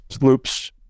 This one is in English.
loops